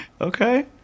Okay